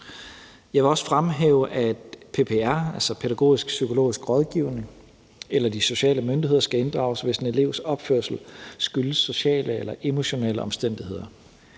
Jeg vil også fremhæve, at PPR, altså pædagogisk-psykologisk rådgivning, eller de sociale myndigheder skal inddrages, hvis en elevs opførsel skyldes sociale eller emotionelle omstændigheder.